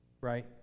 Right